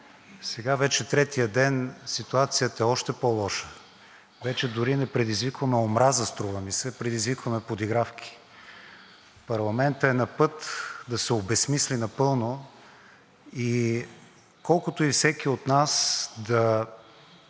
сега вече на третия ден ситуацията е още по-лоша – вече дори не предизвикваме омраза, струва ми се, предизвикваме подигравки. Парламентът е напът да се обезсмисли напълно. Колкото и всеки от нас да